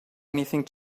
anything